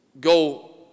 go